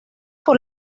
por